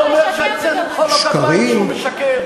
זה לא אומר שאני צריך למחוא לו כפיים כשהוא משקר.